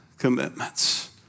Commitments